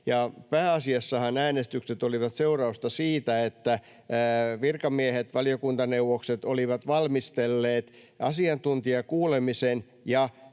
Pääasiassahan äänestykset olivat seurausta siitä, että virkamiehet, valiokuntaneuvokset, olivat valmistelleet asiantuntijakuulemisen ja